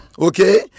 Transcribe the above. okay